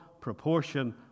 proportion